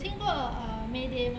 有听过 uh mayday mah